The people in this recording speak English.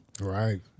Right